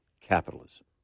capitalism